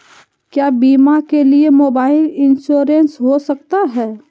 क्या बीमा के लिए मोबाइल इंश्योरेंस हो सकता है?